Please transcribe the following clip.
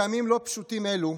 בימים לא פשוטים אלו,